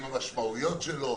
עם המשמעותיות של זה.